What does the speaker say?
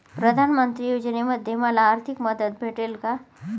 प्रधानमंत्री योजनेमध्ये मला आर्थिक मदत भेटेल का?